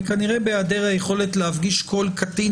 וכנראה בהיעדר יכולת להפגיש כל קטין